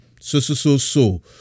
so-so-so-so